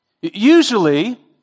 Usually